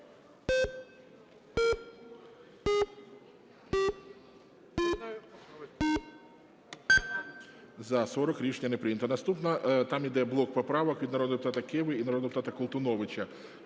За-40 Рішення не прийнято. Наступна… Там йде блок поправок від народного депутата Киви і народного депутата Колтуновича.